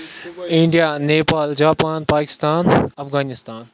India Nepal Japan Pakistan Afghanistan